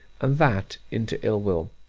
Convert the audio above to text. and that into ill-will.